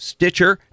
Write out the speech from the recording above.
Stitcher